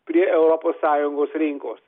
prie europos sąjungos rinkos